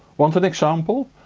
want an example?